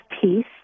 peace